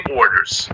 orders